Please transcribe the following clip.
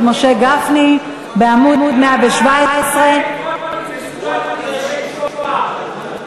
משה גפני בעמוד 117. סיוע לניצולי שואה.